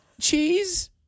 cheese